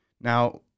Now